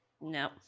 No